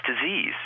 disease